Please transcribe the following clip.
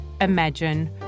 imagine